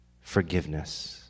forgiveness